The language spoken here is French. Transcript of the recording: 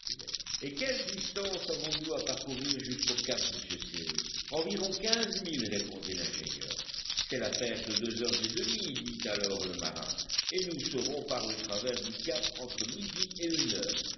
et quelle distance avons-nous à parcourir jusqu'au cap monsieur cyrus environ quinze milles répondit l'ingénieur c'est l'affaire de deux heures et demie dit alors le marin et nous serons par le travers du cap entre midi et une heure